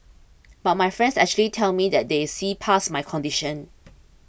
but my friends actually tell me that they see past my condition